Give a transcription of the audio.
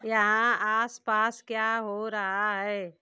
यहाँ आस पास क्या हो रहा है